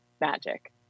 magic